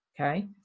Okay